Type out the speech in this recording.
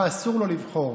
מה אסור לו לבחור,